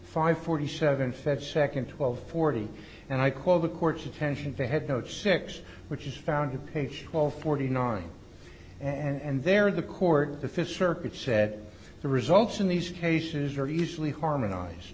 five forty seven fed second twelve forty and i call the court's attention to head coach six which is found a page of forty nine and there the court the fifth circuit said the results in these cases are easily harmonize